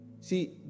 See